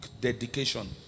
dedication